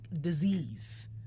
disease